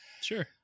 Sure